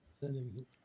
Sending